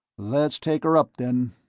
let's take her up then.